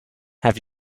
have